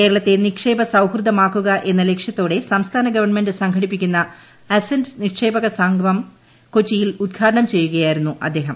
കേരളത്തെ നിക്ഷേപസൌഹൃദ്ദമാക്കുക എന്ന ലക്ഷ്യത്തോടെ സംസ്ഥാന ഗവൺമെന്റ് സംഘടിപ്പിക്കുന്ന അസന്റ് നിക്ഷേപക സംഗമം കൊച്ചിയിൽ ഉദ്ദ്ഘാടനം ചെയ്യുകയായിരുന്നു അദ്ദേഹം